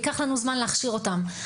ייקח לנו זמן להכשיר אותם.